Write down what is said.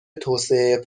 توسعه